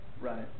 right